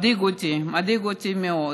מדאיג אותי, מדאיג אותי מאוד.